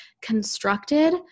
constructed